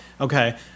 Okay